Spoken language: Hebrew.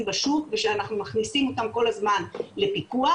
בשוק ושאנחנו מכניסים אותם כל הזמן לפיקוח,